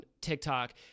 TikTok